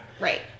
Right